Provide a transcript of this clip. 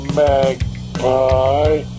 magpie